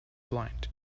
blind